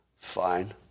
fine